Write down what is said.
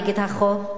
נגד החוק.